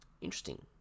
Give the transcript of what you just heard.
Interesting